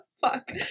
fuck